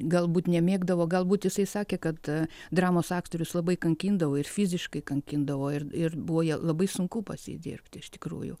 galbūt nemėgdavo galbūt jisai sakė kad dramos aktorius labai kankindavo ir fiziškai kankindavo ir ir buvo jie labai sunku pas jį dirbti iš tikrųjų